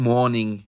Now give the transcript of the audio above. Morning